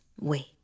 wait